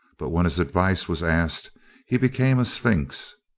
but when his advice was asked he became a sphinx.